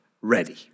ready